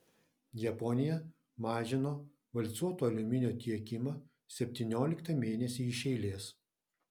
japonija mažino valcuoto aliuminio tiekimą septynioliktą mėnesį iš eilės